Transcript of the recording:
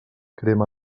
crema